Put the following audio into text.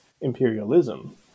imperialism